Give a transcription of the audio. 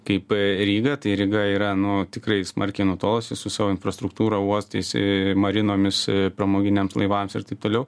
kaip ryga tai ryga yra nu tikrai smarkiai nutolusi su savo infrastruktūra uostais marinomis pramoginiams laivams ir taip toliau